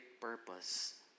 purpose